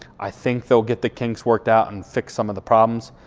i think they'll get the kinks worked out and fix some of the problems.